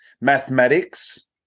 mathematics